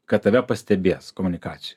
kad tave pastebės komunikacijoj